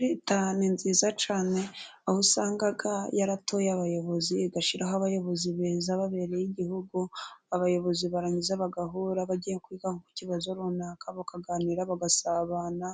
Leta ni nziza cyane, aho usanga yaratoye abayobozi, igashyiraho abayobozi beza babereye igihugu, abayobozi barangiza bagahura bagiye kwiga ku kibazo runaka bakaganira bagasabana,